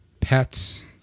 pets